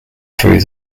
through